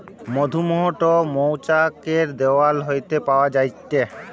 মধুমোম টো মৌচাক এর দেওয়াল হইতে পাওয়া যায়টে